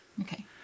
Okay